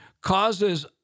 causes